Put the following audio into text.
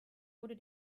wurde